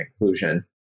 inclusion